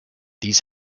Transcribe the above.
these